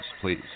please